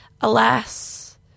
alas